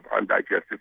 undigested